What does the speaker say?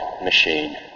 Machine